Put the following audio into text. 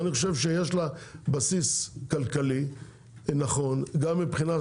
אני חושב שיש לה בסיס כלכלי נכון גם מבחינת